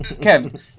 Kevin